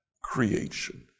creation